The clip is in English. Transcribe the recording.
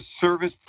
service